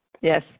yes